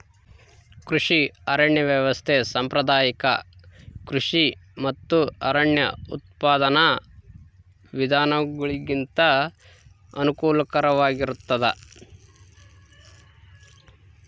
ಕೃಷಿ ಅರಣ್ಯ ವ್ಯವಸ್ಥೆ ಸಾಂಪ್ರದಾಯಿಕ ಕೃಷಿ ಮತ್ತು ಅರಣ್ಯ ಉತ್ಪಾದನಾ ವಿಧಾನಗುಳಿಗಿಂತ ಅನುಕೂಲಕರವಾಗಿರುತ್ತದ